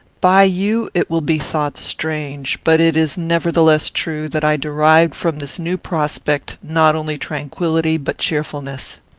by you it will be thought strange, but it is nevertheless true, that i derived from this new prospect not only tranquillity but cheerfulness.